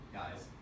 guys